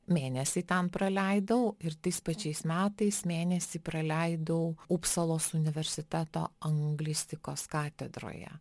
mėnesį ten praleidau ir tais pačiais metais mėnesį praleidau upsalos universiteto anglistikos katedroje